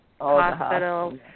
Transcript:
hospital